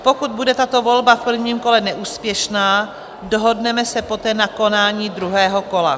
Pokud bude tato volba v prvním kole neúspěšná, dohodneme se poté na konání druhého kola.